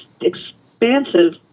expansive